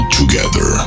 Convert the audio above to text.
together